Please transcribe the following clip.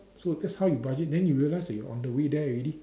so that's how you budget then you realize that you on the way there already